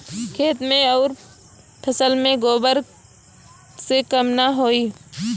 खेत मे अउर फसल मे गोबर से कम ना होई?